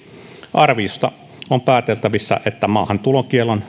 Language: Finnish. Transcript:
arviosta on pääteltävissä että maahantulokiellon